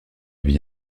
vie